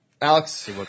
Alex